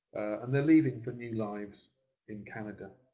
and they're leaving for new lives in canada.